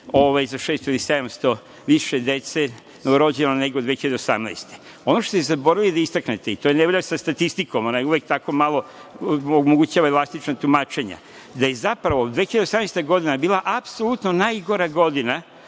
dece, za 600 ili 700 dece novorođeno nego 2018. godine. Ono što ste zaboravili da istaknete i to je nevolja sa statistikom, ona je uvek tako malo omogućava elastična tumačenja da je, zapravo, 2018. godina bila apsolutno najgora godina